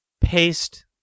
paste